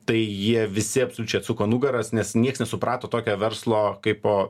tai jie visi absoliučiai atsuko nugaras nes nieks nesuprato tokio verslo kaipo